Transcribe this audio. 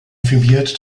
firmiert